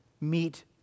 meet